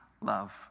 love